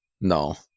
No